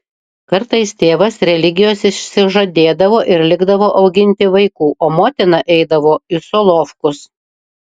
kartais tėvas religijos išsižadėdavo ir likdavo auginti vaikų o motina eidavo į solovkus